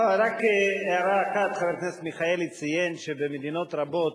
רק הערה אחת: חבר הכנסת מיכאלי ציין שבמדינות רבות